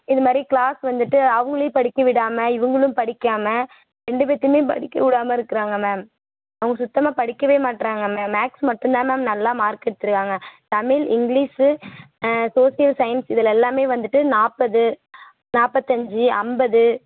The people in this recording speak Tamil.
இது மாதிரி க்ளாஸ் வந்துவிட்டு அவங்களையும் படிக்க விடாமல் இவங்களும் படிக்காமல் ரெண்டு பேர்த்தும் படிக்க விடாம இருக்கிறாங்க மேம் அவங்க சுத்தமாக படிக்கவே மாட்டேறாங்க மேம் மேக்ஸ் மட்டும்தான் மேம் நல்லா மார்க் எடுத்துருக்காங்க தமிழ் இங்கிலிஸு சோஸியல் சையின்ஸ் இதில் எல்லாமே வந்துட்டு நாற்பது நாப்பத்தஞ்சு ஐம்பது